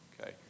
Okay